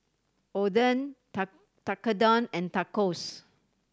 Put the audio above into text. Oden Tekkadon and Tacos